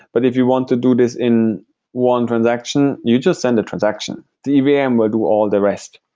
but if you want to do this in one transaction, you just send the transaction. the the evm would do all the rest.